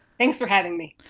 thanks for having me.